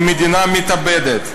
היא מדינה מתאבדת,